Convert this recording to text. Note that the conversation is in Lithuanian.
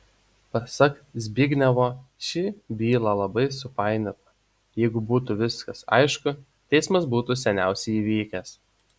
pasak zbignevo ši byla labai supainiota jeigu būtų viskas aišku teismas būtų seniausiai įvykęs